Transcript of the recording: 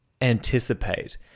anticipate